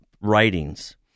writings